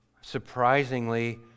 surprisingly